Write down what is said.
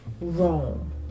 Rome